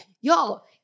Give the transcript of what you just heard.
Y'all-